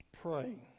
pray